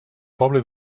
poble